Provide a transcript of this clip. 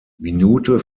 minute